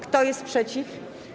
Kto jest przeciw?